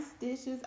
dishes